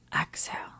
Exhale